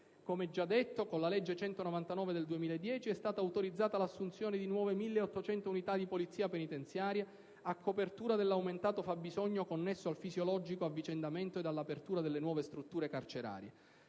Come già detto, con la legge n. 199 del 2010 è stata autorizzata l'assunzione di nuove 1.800 unità di polizia penitenziaria a copertura dell'aumentato fabbisogno connesso al fisiologico avvicendamento ed alla apertura delle nuove strutture carcerarie.